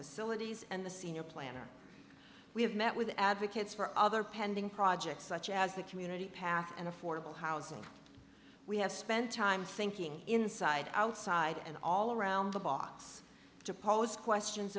facilities and the senior planner we have met with advocates for other pending projects such as the community path and affordable housing we have spent time thinking inside outside and all around the box to pose questions